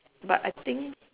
but I think